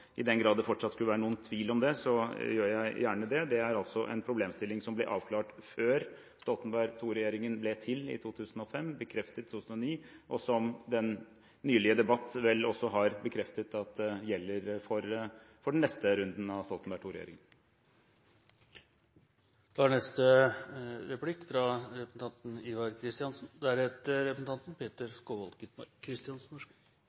i den grad det fortsatt skulle være noen tvil om det, gjør jeg også gjerne det. Det er en problemstilling som ble avklart før Stoltenberg II-regjeringen ble til i 2005, bekreftet i 2009, og som gjelder, som den nylige debatt vel også har bekreftet, for den neste runden av Stoltenberg